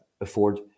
afford